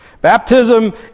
Baptism